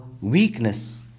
weakness